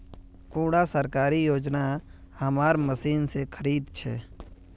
कुंडा सरकारी योजना हमार मशीन से खरीद छै?